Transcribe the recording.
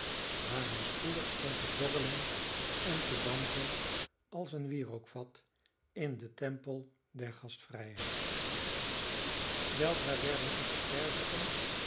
waar hij spoedig stond te borrelen en te dampen als een wierookvat in den tempel der gastvrijheid weldra werden ook de perziken